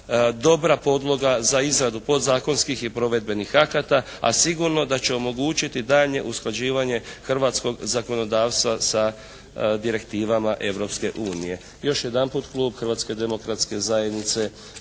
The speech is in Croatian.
dobra podloga za izradu podzakonskih i provedbenih akata, a sigurno da će omogućiti daljnje usklađivanje hrvatskog zakonodavstva sa direktivama Europske unije. Još jedanput Klub Hrvatske demokratske zajednice